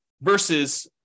versus